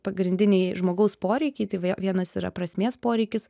pagrindiniai žmogaus poreikiai tai vai vienas yra prasmės poreikis